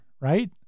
right